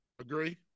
Agree